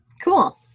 Cool